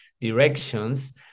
directions